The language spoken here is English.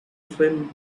swim